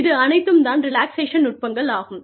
இது அனைத்தும் தான் ரிலாக்சேஷன் நுட்பங்கள் ஆகும்